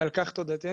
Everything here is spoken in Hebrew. ועל כך תודתנו.